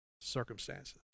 circumstances